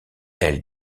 elle